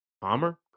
Palmer